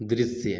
दृश्य